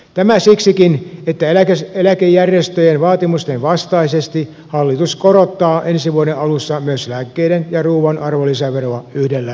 tämä siksikin että eläkejärjestöjen vaatimusten vastaisesti hallitus korottaa ensi vuoden alussa myös lääkkeiden ja ruuan arvonlisäveroa yhdellä prosenttiyksiköllä